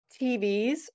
TVs